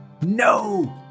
No